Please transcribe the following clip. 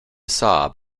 saab